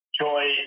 Joy